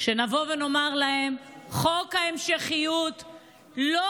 שנבוא ונאמר להם: חוק ההמשכיות זה לא